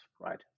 right